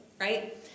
right